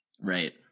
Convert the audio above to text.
Right